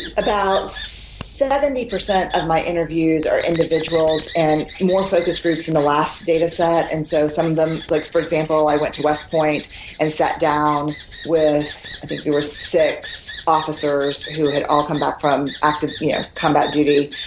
about seventy percent of my interviews are individuals and more focus groups in the last dataset. and so some of them, like for example, i went to west point and sat down with i think there were six officers who had all come back from active yeah combat duty.